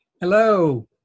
Hello